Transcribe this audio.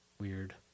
weird